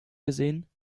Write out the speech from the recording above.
gesehen